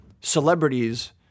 celebrities